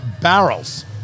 barrels